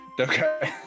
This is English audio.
Okay